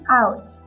out